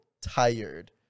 tired